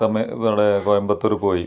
നമ്മൾ ഇവിടെ കോയമ്പത്തൂര് പോയി